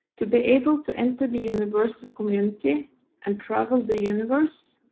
to be able to enter the universal community and travel the universe,